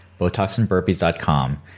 BotoxandBurpees.com